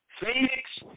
Phoenix